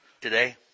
today